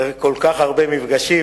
אחרי כל כך הרבה מפגשים.